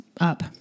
up